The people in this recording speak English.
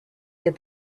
did